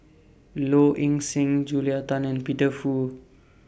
Low Ing Sing Julia Tan and Peter Fu